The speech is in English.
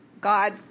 god